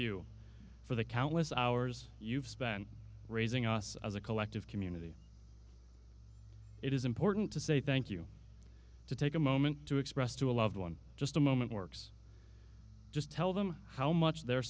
you for the countless hours you've spent raising us as a collective community it is important to say thank you to take a moment to express to a loved one just a moment works just tell them how much their